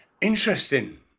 Interesting